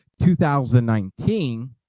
2019